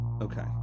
Okay